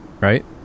Right